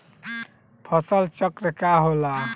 फसल चक्र का होला?